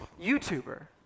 YouTuber